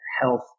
health